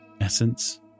essence